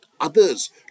others